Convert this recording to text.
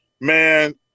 Man